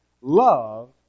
love